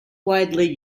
widely